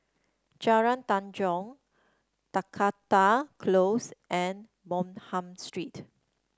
Jalan Tanjong Dakota Close and Bonham Street